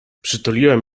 przytuliłem